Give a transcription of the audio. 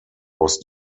was